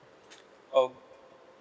ok~